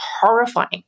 horrifying